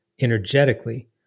energetically